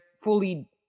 fully